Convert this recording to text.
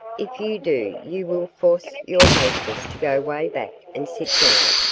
if you do, you will force your hostess to go way back and sit down,